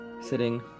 Sitting